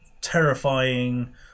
terrifying